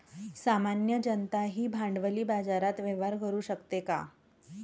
सामान्य जनताही भांडवली बाजारात व्यवहार करू शकते का?